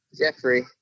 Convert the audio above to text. Jeffrey